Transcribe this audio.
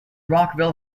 rockville